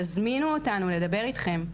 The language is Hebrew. תזמינו אותנו לדבר איתכם,